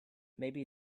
maybe